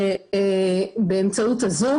בהיוועדות חזותית.